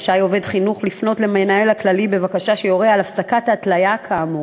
רשאי עובד חינוך לפנות למנהל הכללי בבקשה שיורה על הפסקת ההתליה כאמור.